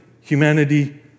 humanity